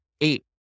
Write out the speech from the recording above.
eight